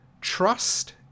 trust